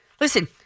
Listen